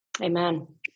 Amen